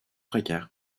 précaires